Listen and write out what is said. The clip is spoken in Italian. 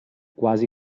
quasi